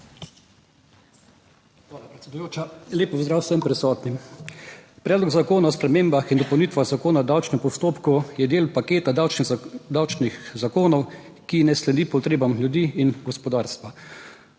Hvala, predsedujoča. Lep pozdrav vsem prisotnim! Predlog zakona o spremembah in dopolnitvah Zakona o davčnem postopku je del paketa davčnih zakonov, ki ne sledi potrebam ljudi in gospodarstva.